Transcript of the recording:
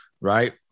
right